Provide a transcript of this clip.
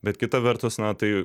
bet kita vertus na tai